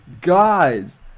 Guys